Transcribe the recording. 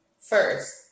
first